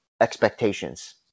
expectations